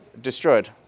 destroyed